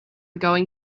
going